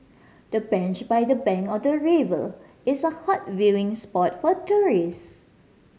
the bench by the bank of the river is a hot viewing spot for tourist